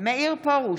מאיר פרוש,